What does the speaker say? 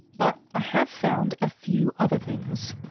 but i have found a few other things.